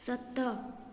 सत